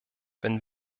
wenn